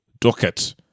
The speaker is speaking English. docket